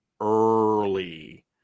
early